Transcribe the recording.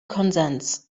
consents